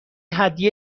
هدیه